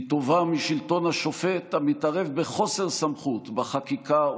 היא טובה משלטון השופט המתערב בחוסר סמכות בחקיקה,